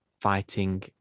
fighting